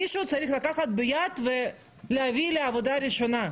מישהו צריך לקחת ביד ולהביא לעבודה ראשונה.